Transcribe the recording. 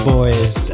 Boys